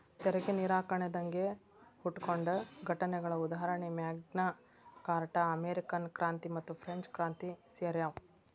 ತೆರಿಗೆ ನಿರಾಕರಣೆ ದಂಗೆ ಹುಟ್ಕೊಂಡ ಘಟನೆಗಳ ಉದಾಹರಣಿ ಮ್ಯಾಗ್ನಾ ಕಾರ್ಟಾ ಅಮೇರಿಕನ್ ಕ್ರಾಂತಿ ಮತ್ತುಫ್ರೆಂಚ್ ಕ್ರಾಂತಿ ಸೇರ್ಯಾವ